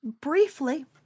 briefly